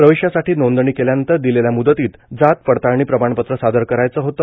प्रवेशासाठी नोंदणी केल्यानंतर दिलेल्या मुदतीत जातपडताळणी प्रमाणपत्र सादर करायचे होते